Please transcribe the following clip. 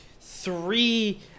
three